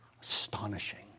astonishing